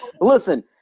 Listen